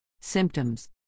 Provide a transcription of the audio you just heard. Symptoms